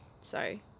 Sorry